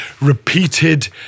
repeated